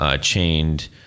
chained